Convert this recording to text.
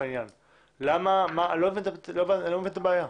אני לא מבין את הבעיה.